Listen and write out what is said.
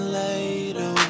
later